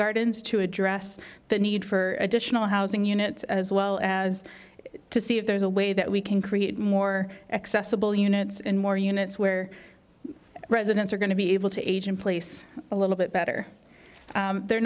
gardens to address the need for additional housing units as well as to see if there's a way that we can create more accessible units and more units where residents are going to be able to age in place a little bit better they're